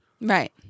Right